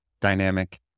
dynamic